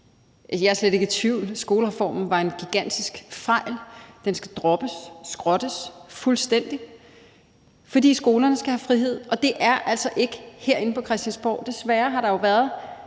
Jeg er slet ikke i tvivl. Skolereformen var en gigantisk fejl, den skal droppes, skrottes fuldstændig – for skolerne skal have frihed. Desværre har der jo været